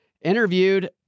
interviewed